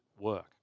work